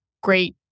great